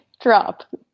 drop